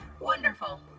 wonderful